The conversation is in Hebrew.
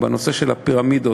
בנושא של הפירמידות,